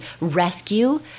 rescue